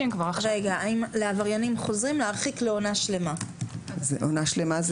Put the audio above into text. עונה שלימה זה